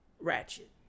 Ratchet